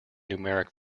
numeric